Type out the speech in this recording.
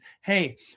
Hey